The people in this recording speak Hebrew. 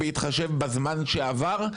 בהתחשב בזמן שעבר,